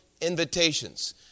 invitations